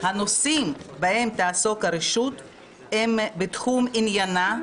קודם כל אני מקווה שההחלטה כאן תהיה עניינית,